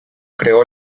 creó